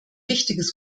wichtiges